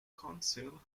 council